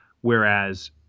Whereas